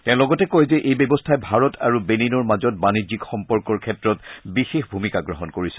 তেওঁ লগতে কয় যে এই ব্যৱস্থাই ভাৰত আৰু বেনিনৰ মাজত বাণিজ্যিক সম্পৰ্কৰ ক্ষেত্ৰত বিশেষ ভূমিকা গ্ৰহণ কৰিছে